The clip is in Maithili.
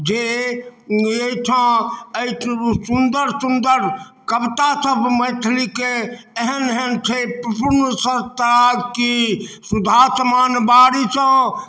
जे अयठाम अइ सुन्दर सुन्दर कविता सब मैथिलीके एहन एहन छै प्रसून सत्ता की सुधात्मान वारी च